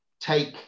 take